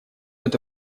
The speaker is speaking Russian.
эта